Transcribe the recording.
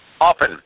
often